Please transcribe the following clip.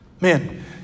man